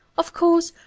of course,